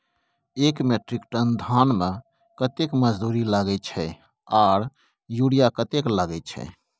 एक metric ton धान में कतेक मजदूरी लागे छै आर यूरिया कतेक लागे छै?